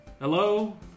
hello